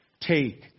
Take